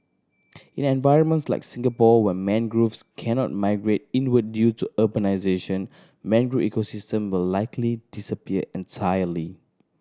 in environments like Singapore where mangroves cannot migrate inward due to urbanisation mangrove ecosystem will likely disappear entirely